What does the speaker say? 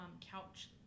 couch